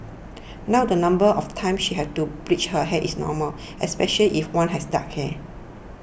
now the number of times she had to bleach her hair is normal especially if one has dark hair